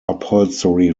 upholstery